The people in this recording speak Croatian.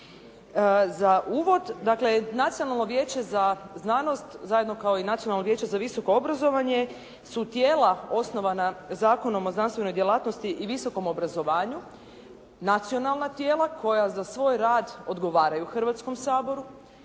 Za uvod dakle Nacionalno vijeće za znanost zajedno kao i Nacionalno vijeće za visoko obrazovanje su tijela osnovana Zakonom o znanstvenoj djelatnosti i visokom obrazovanju, nacionalna tijela koja za svoj rad odgovaraju Hrvatskom saboru,